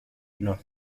nos